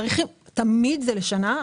תמיד זה לשנה.